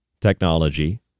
technology